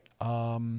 right